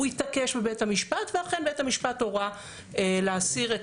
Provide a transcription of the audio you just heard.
הוא התעקש בבית המשפט ואכן בית המשפט הורה להסיר את